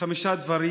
חמישה דברים,